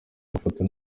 amafoto